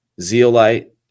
zeolite